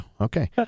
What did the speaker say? okay